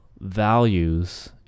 Values